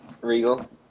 Regal